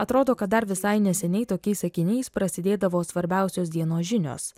atrodo kad dar visai neseniai tokiais sakiniais prasidėdavo svarbiausios dienos žinios